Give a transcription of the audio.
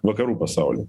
vakarų pasauly